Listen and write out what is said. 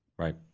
Right